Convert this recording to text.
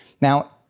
Now